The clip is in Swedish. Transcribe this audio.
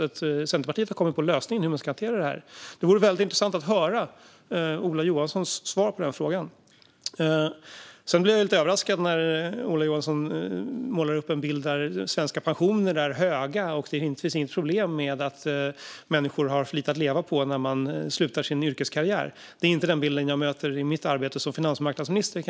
Centerpartiet kanske har kommit på en lösning på hur man ska hantera det här. Det vore intressant att höra Ola Johanssons svar på det. Jag blir lite överraskad när Ola Johansson målar upp en bild av att svenska pensioner är höga och att vi inte har något problem med att människor har för lite att leva på när de slutar sin yrkeskarriär. Det är inte den bild jag möter i mitt arbete som finansmarknadsminister.